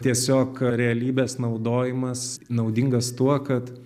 tiesiog realybės naudojimas naudingas tuo kad